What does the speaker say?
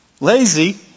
Lazy